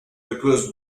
because